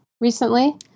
recently